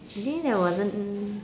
you think there wasn't